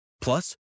Plus